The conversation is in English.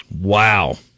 Wow